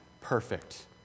Perfect